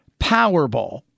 Powerball